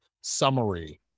summary